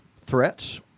threats